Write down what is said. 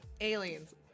aliens